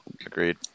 Agreed